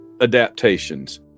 adaptations